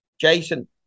Jason